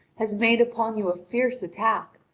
has made upon you a fierce attack.